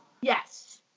Yes